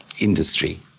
industry